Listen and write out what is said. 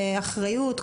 אחריות,